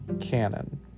canon